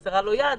למשל חסרה לו יד,